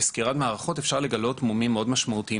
בסקירת מערכות ניתן לגלות מומים מאוד משמעותיים.